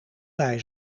bij